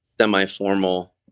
semi-formal